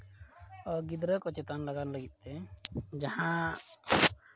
ᱜᱤᱫᱽᱨᱟᱹ ᱠᱚ ᱪᱮᱛᱟᱱ ᱞᱟᱹᱜᱟᱫ ᱞᱟᱹᱜᱤᱫᱛᱮ ᱡᱟᱦᱟᱸ